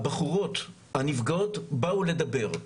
הבחורות הנפגעות באו לדבר,